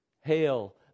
Hail